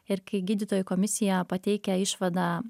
ir kai gydytojų komisija pateikia išvadą